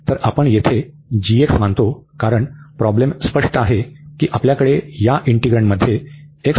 तर आपण येथे मानतो कारण प्रॉब्लेम स्पष्ट आहे की आपल्याकडे या इंटिग्रन्डमध्ये x → 0 आहे